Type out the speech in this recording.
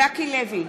ז'קי לוי,